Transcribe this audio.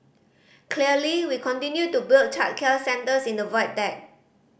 clearly we continue to build childcare centres in the Void Deck